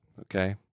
Okay